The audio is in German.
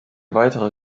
weitere